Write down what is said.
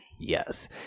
yes